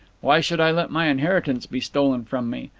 why should i let my inheritance be stolen from me?